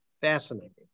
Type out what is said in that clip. Fascinating